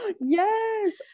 yes